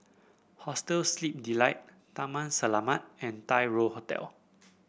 Hostel Sleep Delight Taman Selamat and Tai Hoe Hotel